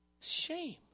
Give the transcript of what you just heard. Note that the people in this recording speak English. shame